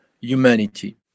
Humanity